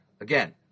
again